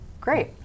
great